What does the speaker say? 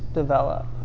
develop